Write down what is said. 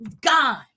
God